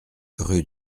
rue